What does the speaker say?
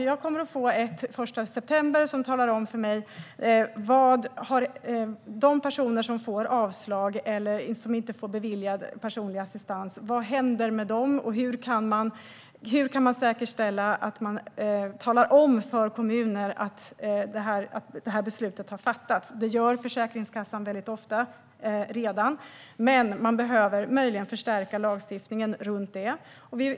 Den 1 september kommer jag att få ett underlag som handlar om vad som händer med de personer som får avslag eller som inte beviljas personlig assistans och hur man kan säkerställa att man talar om för kommuner att detta beslut har fattats. Detta gör Försäkringskassan redan ofta, men man behöver möjligen förstärka lagstiftningen när det gäller detta.